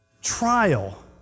Trial